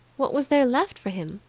what was there left for him?